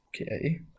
Okay